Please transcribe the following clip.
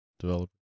developer